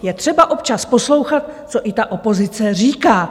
Je třeba občas poslouchat, co i ta opozice říká.